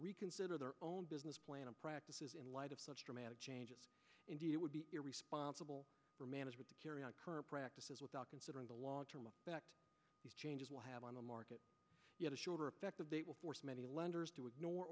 reconsider their own business plan and practices in light of such dramatic changes indeed it would be responsible for management to carry out current practices without considering the long term effect these changes will have on the market yet a shorter effect of it will force many lenders to ignore